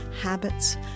habits